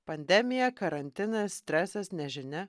pandemija karantinas stresas nežinia